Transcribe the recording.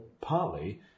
partly